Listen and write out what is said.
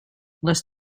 les